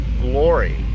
glory